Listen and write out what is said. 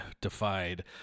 defied